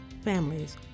families